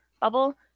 bubble